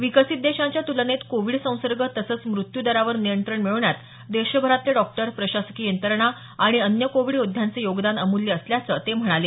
विकसित देशांच्या तुलनेत कोविड संसर्ग तसंच मृत्यू दरावर नियंत्रण मिळवण्यात देशभरातले डॉक्टर प्रशासकीय यंत्रणा आणि अन्य कोविड योद्ध्यांचं योगदान अमूल्य असल्याचं ते म्हणाले